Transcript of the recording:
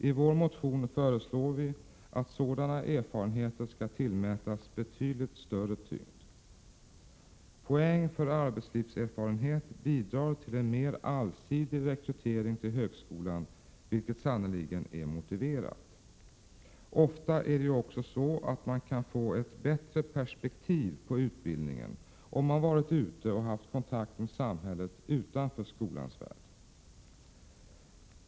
I vår motion föreslår vi tvärtom att sådana erfarenheter skall tillmätas betydligt större tyngd. Poäng för arbetslivserfarenhet bidrar till en mer allsidig rekrytering av studerande till högskolan, vilket sannerligen är motiverat. Ofta kan man få bättre perspektiv på utbildningen om man haft kontakt med samhället utanför skolans värld.